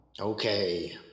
Okay